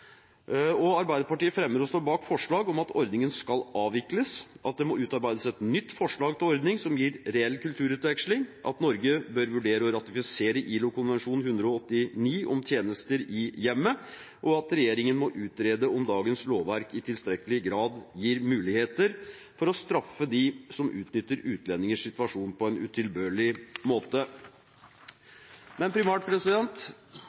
Arbeiderpartiet fremmer og står bak forslag om at ordningen skal avvikles, at det må utarbeides et nytt forslag til en ordning som gir reell kulturutveksling, at Norge bør vurdere å ratifisere ILO-konvensjon nr. 189 om tjenester i hjemmet, og at regjeringen må utrede om dagens lovverk i tilstrekkelig grad gir muligheter for å straffe dem som utnytter utlendingers situasjon på en utilbørlig